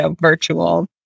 virtual